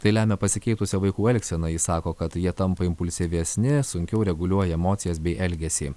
tai lemia pasikeitusią vaikų elgseną ji sako kad jie tampa impulsyvesni sunkiau reguliuoja emocijas bei elgesį